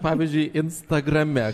pavyzdžiui instagrame